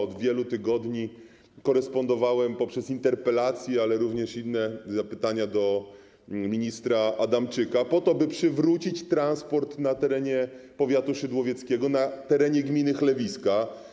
Od wielu tygodni interweniowałem poprzez interpelacje, ale również poprzez inne zapytania do ministra Adamczyka, po to by przywrócić transport na terenie powiatu szydłowieckiego, na terenie gminy Chlewiska.